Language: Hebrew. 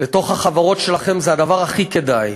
לתוך החברות שלכם, זה הדבר הכי כדאי.